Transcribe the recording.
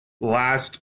last